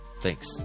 Thanks